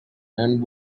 and